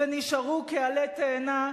ונשארו כעלי תאנה.